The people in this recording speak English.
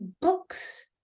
books